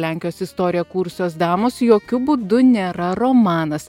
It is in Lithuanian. lenkijos istoriją kūrusios damos jokiu būdu nėra romanas